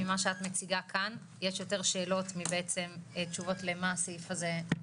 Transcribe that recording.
ממה שאת מציגה כאן יש יותר שאלות מתשובות למה הסעיף הזה.